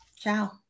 Ciao